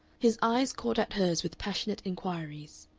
his eyes caught at hers with passionate inquiries.